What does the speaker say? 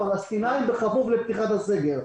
פלסטינים כפוף לפתיחת הסגר,